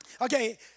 Okay